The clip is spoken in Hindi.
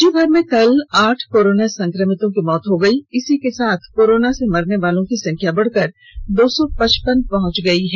राज्यभर में कल आठ कोरोना संक्रमितों की मौत हो गयी इसी के साथ कोरोना से मरनेवालों की संख्या बढ़कर दो सौ पचपन पहुंच गयी है